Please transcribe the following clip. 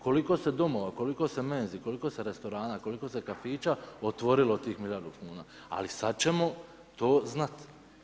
Koliko se domova, koliko se menzi, koliko se restorana, koliko se kafića otvorilo od tih milijardu kuna? ali sad ćemo to znat.